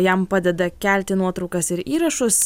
jam padeda kelti nuotraukas ir įrašus